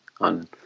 on